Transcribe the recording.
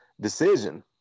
decision